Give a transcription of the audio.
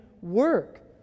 Work